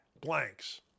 blanks